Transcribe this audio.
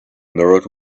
mirrored